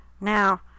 now